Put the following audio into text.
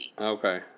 Okay